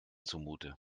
zumute